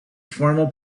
formal